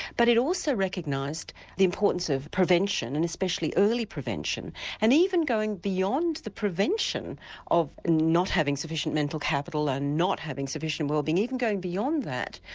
but it also recognised the importance of prevention and especially early prevention and even going beyond the prevention of not having sufficient mental capital and not having sufficient wellbeing, even going beyond that,